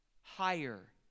higher